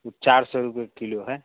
वह चार सौ रुपए किलो है